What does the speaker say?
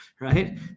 right